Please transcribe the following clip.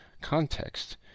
context